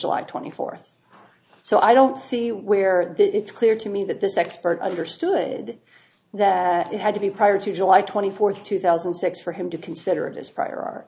july twenty fourth so i don't see where it's clear to me that this expert understood that it had to be prior to july twenty fourth two thousand and six for him to consider this prior